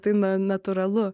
tai natūralu